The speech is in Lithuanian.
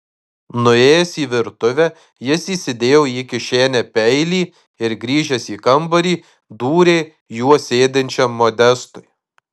nuėjęs į virtuvę jis įsidėjo į kišenę peilį ir grįžęs į kambarį dūrė juo sėdinčiam modestui